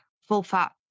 full-fat